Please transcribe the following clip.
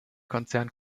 konzern